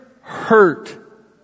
hurt